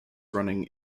running